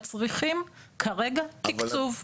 מצריכים כרגע תקצוב.